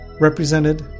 represented